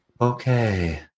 Okay